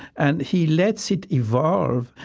and he lets it evolve.